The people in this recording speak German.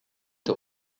der